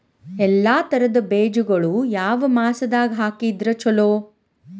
ಎಲ್ಲಾ ತರದ ಬೇಜಗೊಳು ಯಾವ ಮಾಸದಾಗ್ ಹಾಕಿದ್ರ ಛಲೋ?